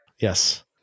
Yes